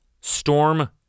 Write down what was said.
storm